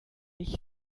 nicht